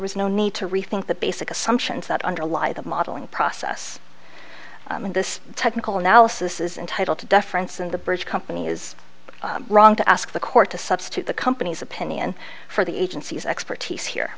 was no need to rethink the basic assumptions that underlie the modeling process in this technical analysis is entitled to deference and the bridge company is wrong to ask the court to substitute the company's opinion for the agency's expertise here